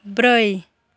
ब्रै